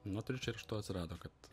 nu tai ir čia iš to atsirado kad